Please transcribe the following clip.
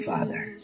Father